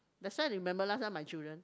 that's why remember last time my children